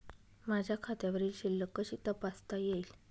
माझ्या खात्यावरील शिल्लक कशी तपासता येईल?